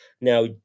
Now